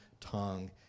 tongue